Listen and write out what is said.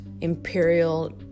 imperial